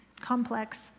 complex